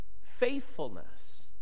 faithfulness